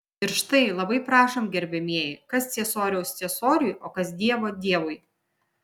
ir štai labai prašom gerbiamieji kas ciesoriaus ciesoriui o kas dievo dievui